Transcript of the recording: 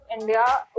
India